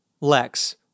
Lex